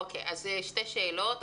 יש שתי שאלות,